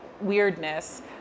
weirdness